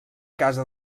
casa